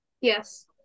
Yes